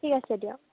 ঠিক আছে দিয়ক